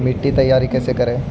मिट्टी तैयारी कैसे करें?